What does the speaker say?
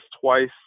twice